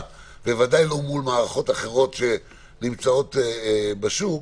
ובוודאי לא מול מערכות אחרות שנמצאות בשוק.